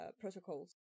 protocols